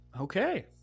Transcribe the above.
Okay